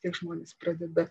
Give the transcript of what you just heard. tiek žmonės pradeda